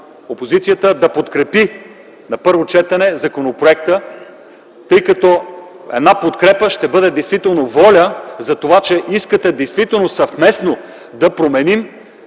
опозицията да подкрепи на първо четене законопроекта, тъй като една подкрепа ще бъде действително воля за това, че искате съвместно да променим